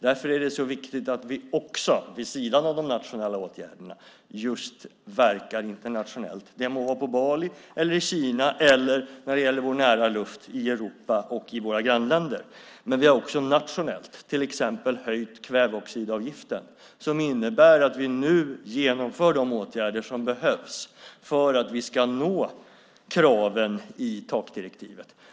Därför är det så viktigt att vi också, vid sidan av de nationella åtgärderna, just verkar internationellt. Det må vara på Bali, i Kina eller, när det gäller vår nära luft, i Europa och i våra grannländer. Men vi har också nationellt till exempel höjt kväveoxidavgiften. Det innebär att vi nu genomför de åtgärder som behövs för att vi ska nå kraven i takdirektivet.